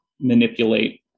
manipulate